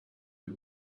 and